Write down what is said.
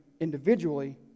individually